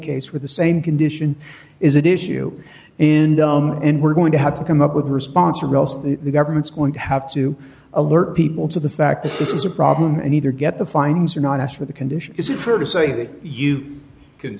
case where the same condition is an issue in and we're going to have to come up with a response or else the government's going to have to alert people to the fact that this is a problem and either get the fines or not asked for the condition is it fair to say that you can